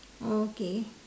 okay